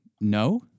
no